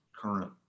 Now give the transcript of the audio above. current